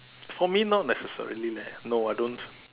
for me not necessarily leh no I don't